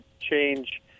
change